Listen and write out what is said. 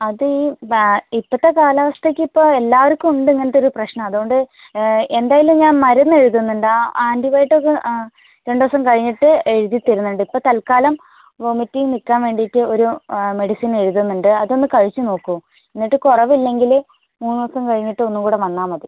അത് ഈ വാ ഇപ്പോഴത്തെ കാലാവസ്ഥക്ക് ഇപ്പോൾ എല്ലാവർക്കും ഉണ്ട് ഇങ്ങനത്തെ ഒരു പ്രശ്നം അതുകൊണ്ട് എന്തായാലും ഞാൻ മരുന്ന് എഴുതുന്നുണ്ട് ആ ആന്റിബയോട്ടിക് രണ്ടുദിവസം കഴിഞ്ഞിട്ട് എഴുതിത്തരുന്നുണ്ട് ഇപ്പോൾ തൽക്കാലം വൊമിറ്റിങ് നിൽക്കാൻ വേണ്ടിയിട്ട് ഒരു മെഡിസിൻ എഴുതുന്നുണ്ട് അതൊന്നു കഴിച്ചു നോക്കൂ എന്നിട്ട് കുറവില്ലെങ്കിൽ മൂന്നുദിവസം കഴിഞ്ഞിട്ട് ഒന്നും കൂടെ വന്നാൽ മതി